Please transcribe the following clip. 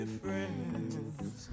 friends